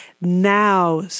now